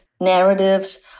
narratives